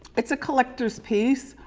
it's a collector's piece.